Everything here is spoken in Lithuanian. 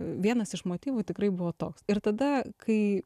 vienas iš motyvų tikrai buvo toks ir tada kai